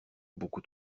beaucoup